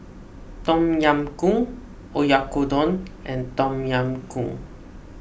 Tom Yam Goong Oyakodon and Tom Yam Goong